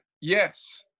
Yes